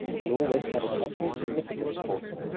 and all this had a touching significance for him.